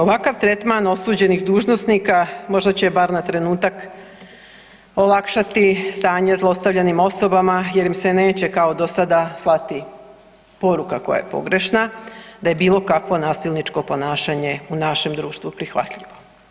Ovakav tretman osuđenih dužnosnika možda će bar na trenutak olakšati stanje zlostavljanim osobama jer im se neće kao do sada slati poruka koja je pogrešna da je bilo kakvo nasilničko ponašanje u našem društvu prihvatljivo.